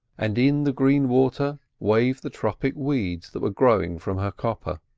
and in the green water waved the tropic weeds that were growing from her copper.